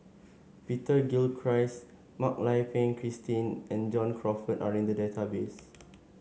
Peter Gilchrist Mak Lai Peng Christine and John Crawfurd are in the database